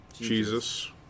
Jesus